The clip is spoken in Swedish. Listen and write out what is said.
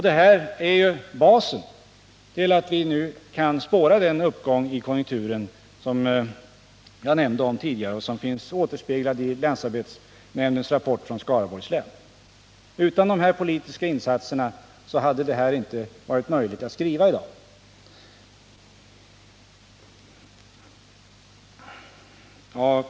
Detta är basen till att vi nu kan spåra den uppgång i konjunkturen som jag nämnde tidigare och som finns återspeglad i rapporten från länsarbetsnämnden i Skaraborgs län. Utan dessa politiska insatser hade det inte varit möjligt för länsarbetsnämnden att skriva en sådan rapport.